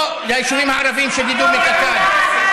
לא היישובים הערביים שדדו מקק"ל.